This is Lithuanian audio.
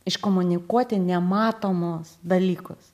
iškomunikuoti nematomus dalykus